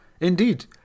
Indeed